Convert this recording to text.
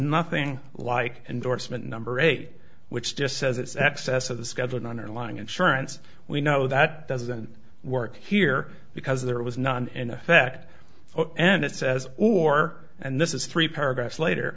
nothing like endorsement number eight which just says it's excess of the scheduled underlying insurance we know that doesn't work here because there was none in effect and it says or and this is three paragraphs later